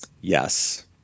Yes